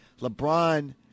LeBron